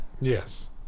Yes